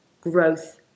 growth